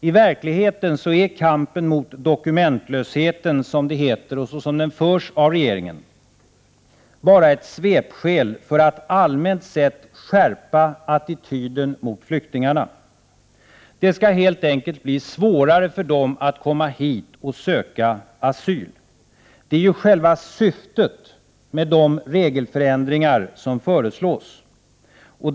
I verkligheten är kampen mot dokumentlösheten, som det heter och som den förs av regeringen, bara ett svepskäl för att allmänt sett skärpa attityden mot flyktingarna. Det skall helt enkelt bli svårare för dem att komma hit och söka asyl. Det är själva syftet med de regelförändringar som föreslås.